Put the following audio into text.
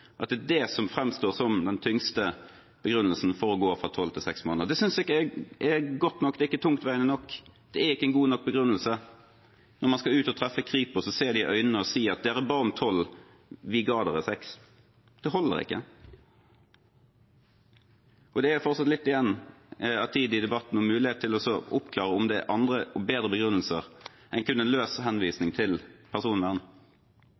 at det er det som framstår som den tyngste begrunnelsen for å gå fra tolv til seks måneder. Det synes jeg ikke er godt eller tungtveiende nok. Det er ikke en god nok begrunnelse når man skal ut og treffe Kripos og se dem i øynene og si: Dere ba om tolv; vi ga dere seks. Det holder ikke. Det er fortsatt litt tid igjen i debatten og mulighet til å oppklare om det er andre og bedre begrunnelser enn kun en løs henvisning til personvern.